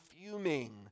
fuming